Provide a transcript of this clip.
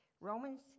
Romans